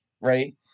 right